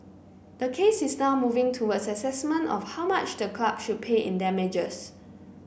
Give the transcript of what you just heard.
the case is now moving towards assessment of how much the club should pay in damages